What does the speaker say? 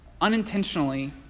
unintentionally